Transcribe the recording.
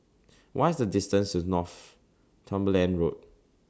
What IS The distance to Northumberland Road